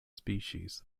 species